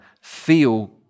feel